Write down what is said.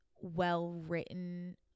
well-written